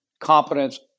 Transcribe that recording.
competence